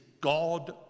God